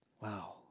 Wow